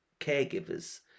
caregivers